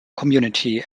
community